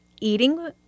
eating